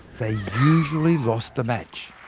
they usually lost the match.